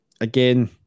again